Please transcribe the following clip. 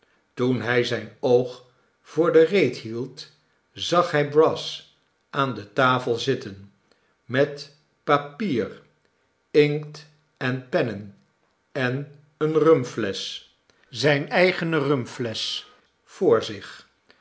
toen hij zijn oog voor de reet hield zag hij brass aan de tafel zitten met papier inkt en pennen en eene rumflesch zijne eigene rumflesch voor zich